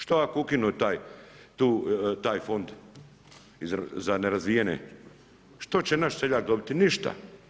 Što ako ukinu taj fond za nerazvijene, što će naš seljak dobiti, ništa.